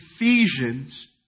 Ephesians